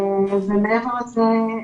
מעבר לזה,